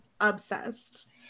Obsessed